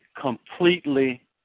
completely